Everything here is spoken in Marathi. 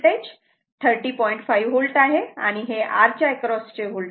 5 V आहे आणि हे r च्या अॅक्रॉस 5